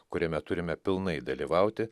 kuriame turime pilnai dalyvauti